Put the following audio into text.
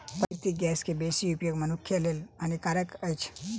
प्राकृतिक गैस के बेसी उपयोग मनुखक लेल हानिकारक अछि